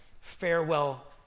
farewell